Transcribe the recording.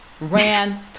Ran